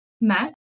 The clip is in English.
Matt